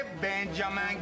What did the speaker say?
Benjamin